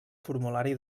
formulari